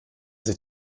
sich